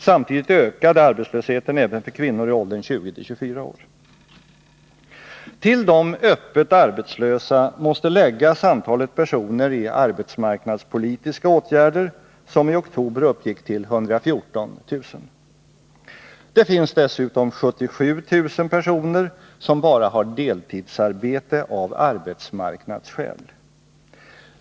Samtidigt ökade arbetslösheten även för kvinnor i åldern 20-24 år. Till de öppet arbetslösa måste läggas antalet personer i arbetsmarknadspolitiska åtgärder, som i oktober uppgick till 114 000. Det finns dessutom 77 000 personer som bara har deltidsarbete av arbetsmarknadsskäl.